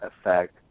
effect